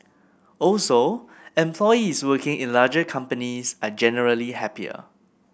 also employees working in larger companies are generally happier